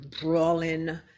brawling